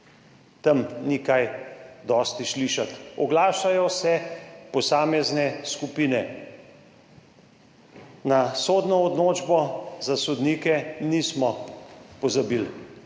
Tam ni kaj dosti slišati. Oglašajo se posamezne skupine. Na sodno odločbo za sodnike nismo pozabili.